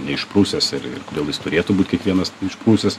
neišprusęs ir ir kodėl jis turėtų būt kiekvienas išprusęs